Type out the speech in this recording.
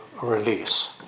release